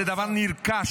זה דבר נרכש.